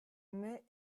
mais